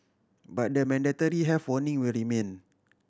but the mandatory health warning will remain